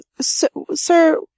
Sir